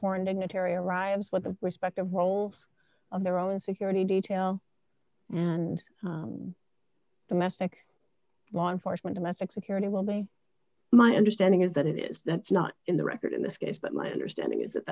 foreign dignitary arrives what the respective roles on their own security detail and domestic law enforcement domestic security will be my understanding is that it is that's not in the record in this case but my understanding is